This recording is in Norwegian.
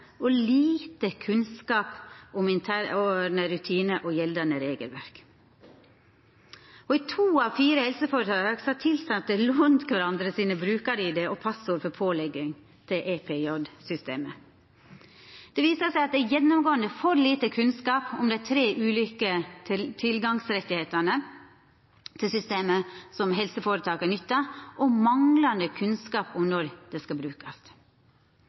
og lite kunnskap om interne rutinar og gjeldande regelverk: I to av fire helseføretak har tilsette lånt kvarandres brukar-ID og passord for pålogging til EPJ-systemet. Det viser seg at det er gjennomgåande for lite kunnskap om dei tre ulike tilgangsrettane til systemet som helseføretaka nyttar, og manglande kunnskap om når dei skal brukast.